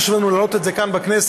והיה חשוב לנו להעלות את זה כאן בכנסת: